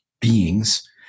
beings